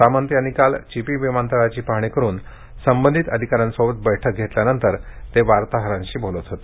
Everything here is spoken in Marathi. सामंत यांनी काल चिपी विमानतळाची पाहणी करून संबंधित अधिकाऱ्यांसोबत बैठक घेतल्यानंतर ते वार्ताहरांशी बोलत होते